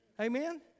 Amen